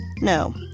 No